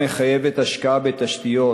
והיא גם מחייבת השקעה בתשתיות,